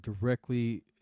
directly